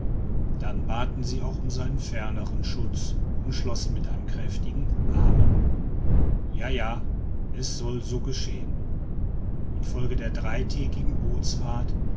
dann baten sie auch um seinen ferneren schutz und schlossen mit einem kräftigen amen ja ja es soll also geschehen infolge der dreitägigen bootfahrt